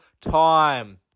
time